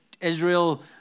Israel